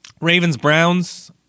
Ravens-Browns